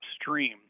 upstream